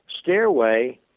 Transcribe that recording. stairway